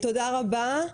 תודה רבה.